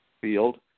field